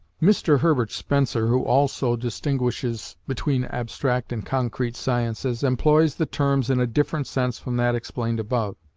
mr herbert spencer, who also distinguishes between abstract and concrete sciences, employs the terms in a different sense from that explained above.